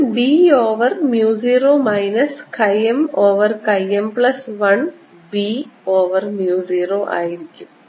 ഇത് b over mu 0 minus chi m over chi m plus 1 b over mu 0 ആയിരിക്കും